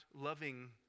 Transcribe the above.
loving